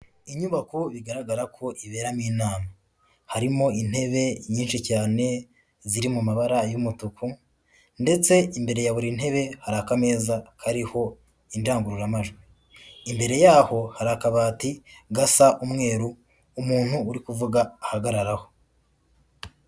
Inyubako bigaragara ko iberamo inama, harimo intebe nyinshi cyane ziri mu mabara y'umutuku ndetse imbere ya buri ntebe hari akameza kariho indangururamajwi. Imbere yaho hari akabati gasa umweru umuntu urikuvuga ahagararaho.